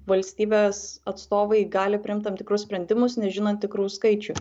valstybės atstovai gali priimt tam tikrus sprendimus nežinant tikrų skaičių